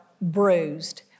bruised